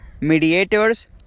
mediators